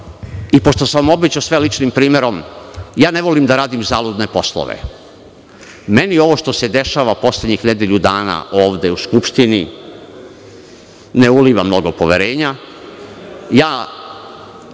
i pošto sam obećao svojim ličnim primerom, ja ne volim da radim zaludne poslove. Meni ovo što se dešava poslednjih nedelju dana ovde u Skupštini ne uliva mnogo poverenja.